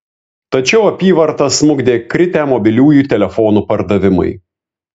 tačiau apyvartą smukdė kritę mobiliųjų telefonų pardavimai